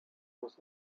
was